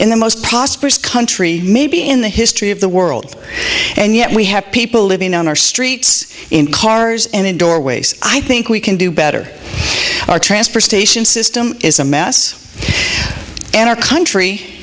in the most prosperous country maybe in the history of the world and yet we have people living on our streets in cars and in doorways i think we can do better our transportation system is a mess and our country